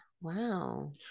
Wow